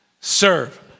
serve